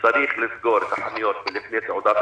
שצריך לסגור את החנויות לפני סעודת